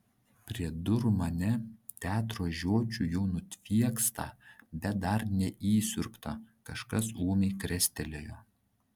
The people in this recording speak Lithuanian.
prie durų mane teatro žiočių jau nutviekstą bet dar neįsiurbtą kažkas ūmai krestelėjo